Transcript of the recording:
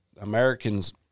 Americans